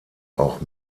auch